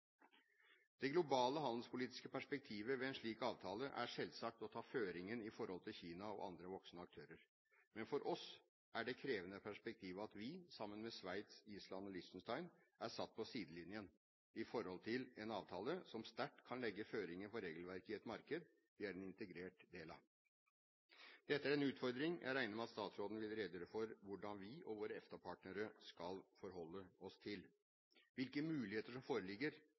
Det globale handelspolitiske perspektivet ved en slik avtale er selvsagt å ta føringen i forhold til Kina og andre voksende aktører. Men for oss er det krevende perspektivet at vi, sammen med Sveits, Island og Liechtenstein, er satt på sidelinjen i forhold til en avtale som sterkt kan legge føringer for regelverket i et marked vi er en integrert del av. Dette er en utfordring jeg regner med at statsråden vil redegjøre for hvordan vi og våre EFTA-partnere skal forholde oss til – hvilke muligheter som foreligger